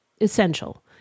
essential